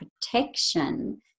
protection